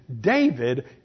David